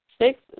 six